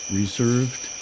reserved